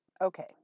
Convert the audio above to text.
Okay